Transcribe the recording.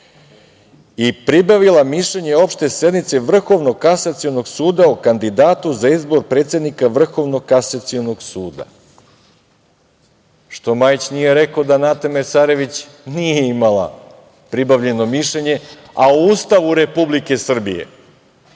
i pribavila mišljenje opšte sednice Vrhovnog kasacionog suda o kandidatu za izbor predsednika Vrhovnog kasacionog suda. Što Majić nije rekao da Nata Mesarević nije imala pribavljeno mišljenje, a u Ustavu Republike Srbije